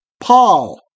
Paul